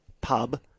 pub